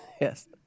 Yes